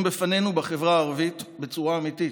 בפנינו בחברה הערבית בצורה אמיתית,